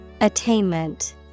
Attainment